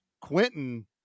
Quentin